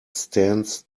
stands